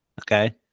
okay